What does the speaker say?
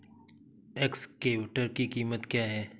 Excavator की कीमत क्या है?